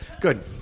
good